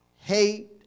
hate